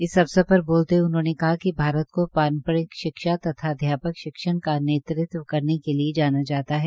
इस अवसर पर बोलते हये उन्होंने कहा कि भारत को पारंपिरक शिक्षा तथा अध्यापक शिक्षण का नेतृत्व करने के लिए जाना जाता है